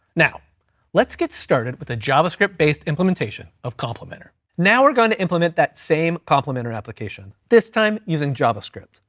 now let's get started with a javascript based implementation of complimenter. now we're gonna implement that same complimenter application, this time using javascript.